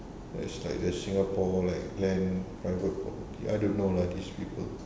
that's like the singapore like plan private I don't know lah these people